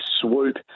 Swoop